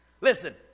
Listen